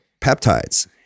peptides